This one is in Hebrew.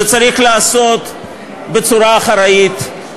זה צריך להיעשות בצורה אחראית,